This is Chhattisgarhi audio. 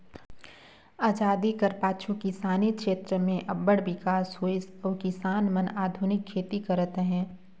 अजादी कर पाछू किसानी छेत्र में अब्बड़ बिकास होइस अउ किसान मन आधुनिक खेती करत अहें